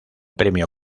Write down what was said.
premio